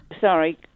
Sorry